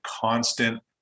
constant